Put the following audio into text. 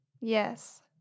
Yes